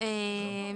פנייה